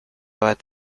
bat